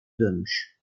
dönmüş